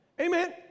Amen